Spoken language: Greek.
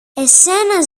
εσένα